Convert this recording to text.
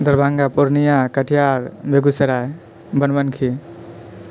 Darbhanga Purnia Katihar Begusarai Banmankhi